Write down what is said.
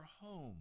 home